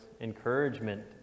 encouragement